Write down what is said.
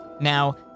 Now